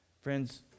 Friends